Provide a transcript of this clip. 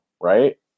right